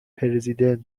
پرزیدنت